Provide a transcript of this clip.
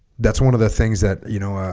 that's one of the things that you know ah